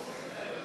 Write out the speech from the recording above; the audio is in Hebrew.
ההצעה